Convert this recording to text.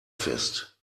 fest